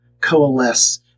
coalesce